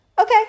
Okay